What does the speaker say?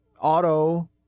auto